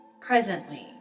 presently